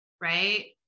Right